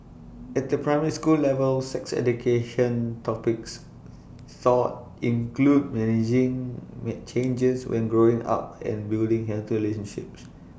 at the primary school level sex education topics taught include managing may changes when growing up and building healthy relationships